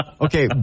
Okay